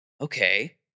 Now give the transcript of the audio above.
Okay